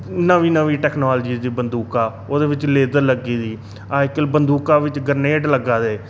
नमीं नमीं टेकनालजी दी बंदूकां और ओह्दे बिच्च लेजर लग्गी दी अजकल बंदूकां बिच्च ग्रेनेड लग्गा दे